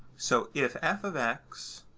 so if f of x